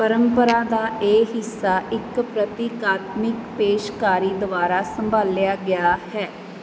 ਪਰੰਪਰਾ ਦਾ ਇਹ ਹਿੱਸਾ ਇੱਕ ਪ੍ਰਤੀਕਾਤਮਕ ਪੇਸ਼ਕਾਰੀ ਦੁਆਰਾ ਸੰਭਾਲਿਆ ਗਿਆ ਹੈ